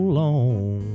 long